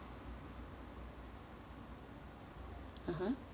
(uh huh)